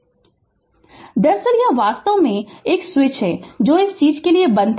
Refer Slide Time 1810 दरअसल यह वास्तव में एक स्विच है जो इस चीज के लिए बंद था